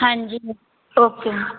ਹਾਂਜੀ ਓਕੇ